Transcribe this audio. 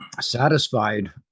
satisfied